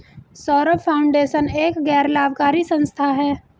Saurabh foundation एक गैर लाभकारी संस्था है